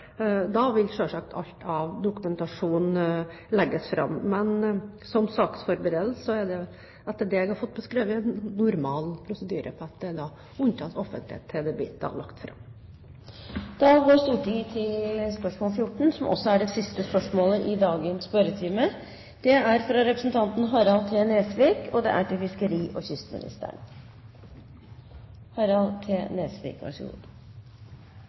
Da vil selvsagt alt av dokumentasjon legges fram. Men etter det jeg har fått beskrevet, er det normal prosedyre at saksforberedelser unntas offentlighet til saken blir lagt fram. Jeg har følgende spørsmål til fiskeri- og kystministeren